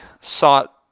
sought